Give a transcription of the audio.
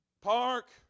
park